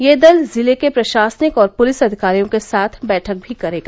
यह दल जिले के प्रशासनिक और पुलिस अधिकारियों के साथ बैठक भी करेगा